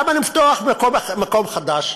למה לפתוח מקום חדש?